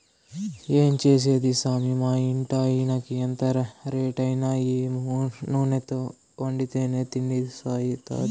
ఏం చేసేది సామీ మా ఇంటాయినకి ఎంత రేటైనా ఈ నూనెతో వండితేనే తిండి సయిత్తాది